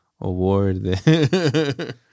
award